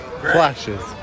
Flashes